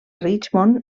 richmond